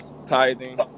Tithing